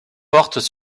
portent